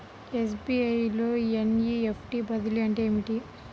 SBI లో NEFT బదిలీ అంటే ఏమిటి?